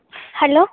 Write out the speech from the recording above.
hello